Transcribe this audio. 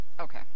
Okay